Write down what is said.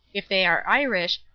if they are irish,